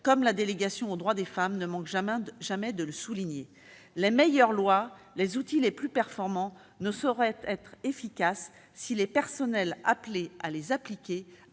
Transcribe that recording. comme la délégation aux droits des femmes ne manque jamais de le souligner. Les meilleures lois, les outils les plus performants ne sauraient être efficaces si le personnel appelé à les appliquer